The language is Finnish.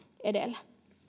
edellä